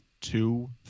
two